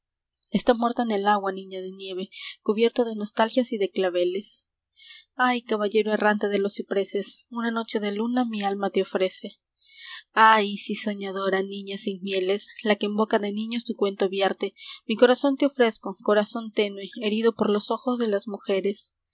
está muerto en el agua niña de nieve cubierto de nostalgias y de claveles a y caballero errante de los cipreses una noche de luna mi alma te ofrece jah isis soñadora niña sin mieles la que en boca de niños su cuento vierte mi corazón te ofrezco corazón tenue herido por los ojos de las mujeres